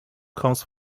comes